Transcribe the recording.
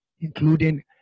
including